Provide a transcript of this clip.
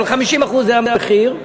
אבל 50% זה המחיר,